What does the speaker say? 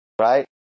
right